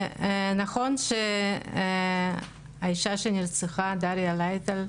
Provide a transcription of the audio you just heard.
ונכון שהאישה שנרצחה, דריה לייטר,